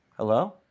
hello